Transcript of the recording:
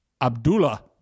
Abdullah